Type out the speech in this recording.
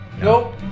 Nope